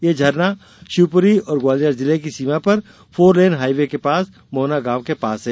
यह झरना शिवपुरी और ग्वालियर जिले की सीमा पर फोरलेन हाईवे के पास मोहना गांव के पास है